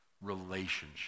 relationship